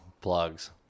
plugs